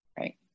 Right